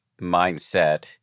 mindset